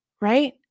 right